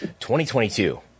2022